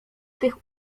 tych